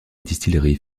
distillerie